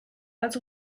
als